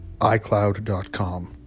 iCloud.com